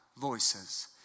voices